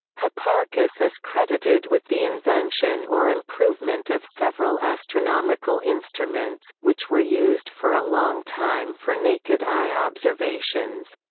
hipparchus is credited with the invention or improvement of several astronomical instruments, which were used for a long time for naked-eye observations.